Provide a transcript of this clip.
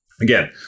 Again